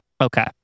Okay